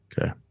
Okay